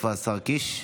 איפה השר קיש?